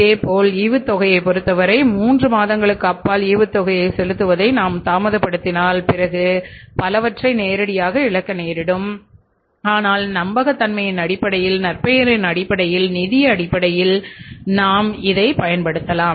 இதேபோல் ஈவுத்தொகையைப் பொறுத்தவரை 3 மாதங்களுக்கு அப்பால் ஈவுத்தொகையை செலுத்துவதை நாம் தாமதப்படுத்தினால் பிறகு பலவற்றை நேரடியாக இழக்க நேரிடும் ஆனால் நம்பகத்தன்மையின் அடிப்படையில் நற்பெயரின் அடிப்படையில் நிதி அடிப்படையில் நாம் இதை பயன்படுத்தலாம்